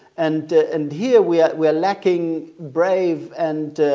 and and here we are we are lacking brave and